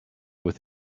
with